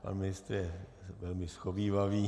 Pan ministr je velmi shovívavý.